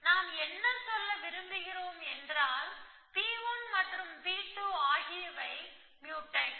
நாம் என்ன சொல்ல விரும்புகிறோம் என்றால் P1 மற்றும் P2 ஆகியவை முயூடெக்ஸ்